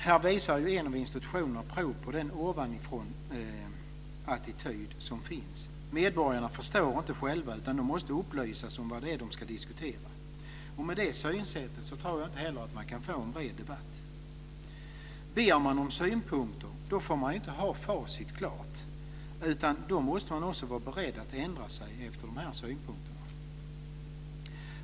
Här visar en av institutionerna prov på den ovanifrånattityd som finns. Medborgarna förstår inte själva, utan de måste upplysas om vad de ska diskutera. Med det synsättet kan man inte få en bred debatt. Ber man om synpunkter får man inte ha facit klart. Då måste man också vara beredd att ändra sig efter dessa synpunkter.